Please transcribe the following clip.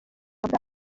bwacu